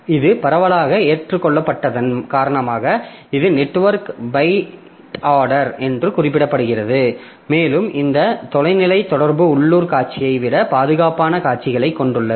இது பரவலாக ஏற்றுக்கொள்ளப்பட்டதன் காரணமாக இது நெட்வொர்க் பைட் ஆர்டர் என்றும் குறிப்பிடப்படுகிறது மேலும் இந்த தொலைநிலை தொடர்பு உள்ளூர் காட்சியை விட பாதுகாப்பான காட்சிகளைக் கொண்டுள்ளது